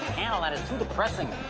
handle that, it's too depressing.